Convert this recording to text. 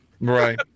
Right